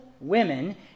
women